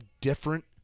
different